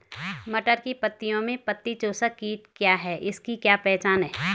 मटर की पत्तियों में पत्ती चूसक कीट क्या है इसकी क्या पहचान है?